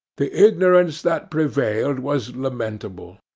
the ignorance that prevailed, was lamentable.